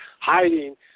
hiding